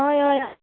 हय हय